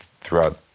throughout